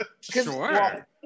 Sure